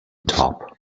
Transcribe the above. top